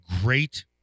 great